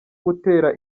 gutera